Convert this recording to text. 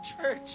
church